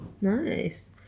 Nice